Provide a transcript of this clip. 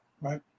Right